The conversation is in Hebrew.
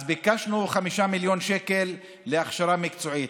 אז ביקשנו 5 מיליון שקל להכשרה מקצועית,